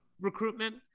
recruitment